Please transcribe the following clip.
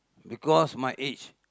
because my age